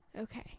Okay